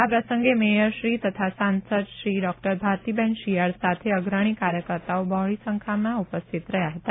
આ પ્રસંગે મેયરશ્રી તથા સાંસદશ્રી ડોકટર ભારતીબેન શિયાળ સાથે અગ્રણી કાર્યકર્તાઓ બહોળી સંખ્યામાં ઉપસ્થિત રહયાં હતા